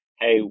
hey